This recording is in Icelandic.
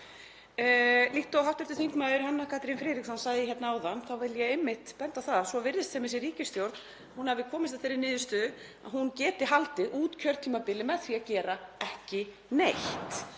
Líkt og hv. þm. Hanna Katrín Friðriksson sagði hérna áðan þá vil ég einmitt benda á það að svo virðist sem þessi ríkisstjórn hafi komist að þeirri niðurstöðu að hún geti haldið út kjörtímabilið með því að gera ekki neitt.